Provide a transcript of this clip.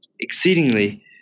exceedingly